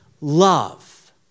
love